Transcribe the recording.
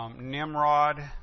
Nimrod